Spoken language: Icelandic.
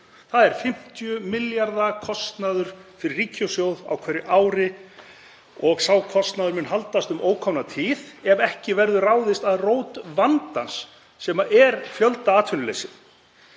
Það er 50 milljarða kostnaður fyrir ríkissjóð á hverju ári og sá kostnaður mun haldast um ókomna tíð ef ekki verður ráðist að rót vandans, sem er fjöldaatvinnuleysi.